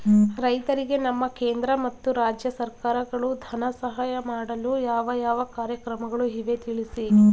ರೈತರಿಗೆ ನಮ್ಮ ಕೇಂದ್ರ ಮತ್ತು ರಾಜ್ಯ ಸರ್ಕಾರಗಳು ಧನ ಸಹಾಯ ಮಾಡಲು ಯಾವ ಯಾವ ಕಾರ್ಯಕ್ರಮಗಳು ಇವೆ ತಿಳಿಸಿ?